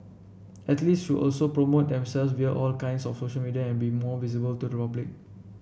athletes should also promote themselves via all kinds of social media and be more visible to the public